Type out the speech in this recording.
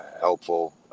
helpful